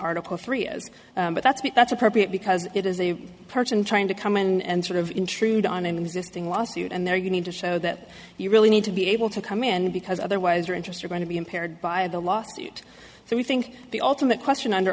article three is but that's that's appropriate because it is a person trying to come and sort of intrude on an existing lawsuit and there you need to show that you really need to be able to come in because otherwise your interests are going to be impaired by the lawsuit so you think the ultimate question under